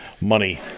money